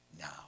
now